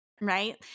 Right